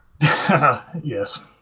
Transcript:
Yes